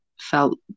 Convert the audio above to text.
felt